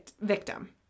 victim